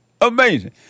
Amazing